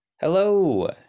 Hello